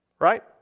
right